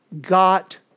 got